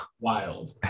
wild